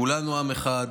כולנו עם אחד,